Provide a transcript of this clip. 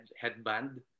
headband